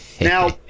Now